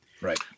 Right